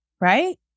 right